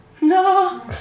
No